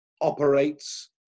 operates